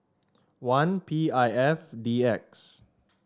one P I F D X